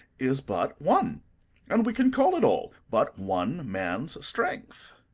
is but one and we can call it all but one man's strength.